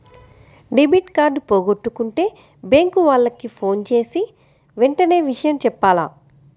debit card పోగొట్టుకుంటే bank వాళ్లకి ఫోన్జేసి వెంటనే విషయం జెప్పాల